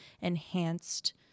enhanced